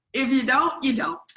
if you don't, you don't.